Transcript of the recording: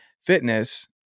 fitness